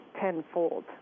tenfold